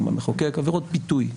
גם המחוקק עבירות ביטוי.